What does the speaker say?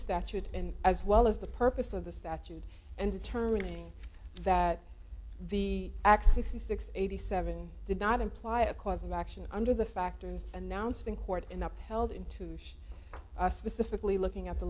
statute and as well as the purpose of the statute and determining that the acts sixty six eighty seven did not imply a cause of action under the factors announced in court in upheld in touche specifically looking at the